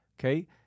Okay